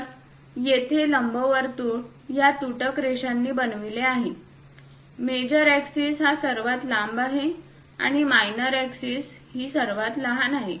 तर येथे लंबवर्तुळ या तुटक रेषांनी दर्शविले आहे मेजर एक्सिस हा सर्वात लांब आहे आणि मायनर एक्सिस ही सर्वात लहान आहे